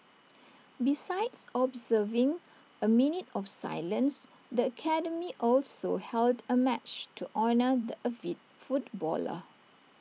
besides observing A minute of silence the academy also held A match to honour the avid footballer